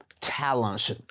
talents